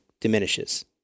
diminishes